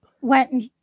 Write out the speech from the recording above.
went